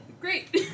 Great